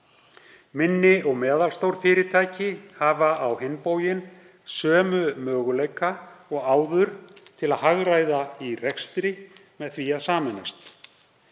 Minni og meðalstór fyrirtæki hafa á hinn bóginn sömu möguleika og áður til að hagræða í rekstri með því að sameinast.